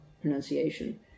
pronunciation